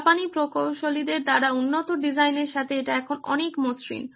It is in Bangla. জাপানি প্রকৌশলীদের দ্বারা উন্নত ডিজাইনের সাথে এটি এখন এটি অনেক মসৃণ